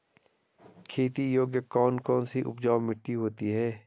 खेती योग्य कौन कौन सी उपजाऊ मिट्टी होती है?